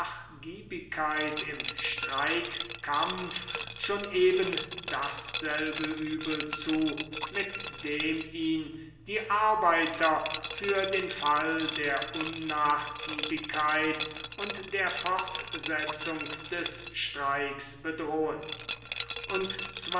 nachgiebigkeit im streikkampf schon eben dasselbe übel zu mit dem ihn die arbeiter für den fall der unnachgiebigkeit und der fortsetzung des streiks bedrohen und